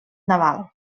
naval